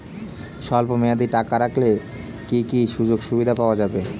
স্বল্পমেয়াদী টাকা রাখলে কি কি সুযোগ সুবিধা পাওয়া যাবে?